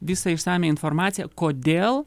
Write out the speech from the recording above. visą išsamią informaciją kodėl